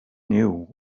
knew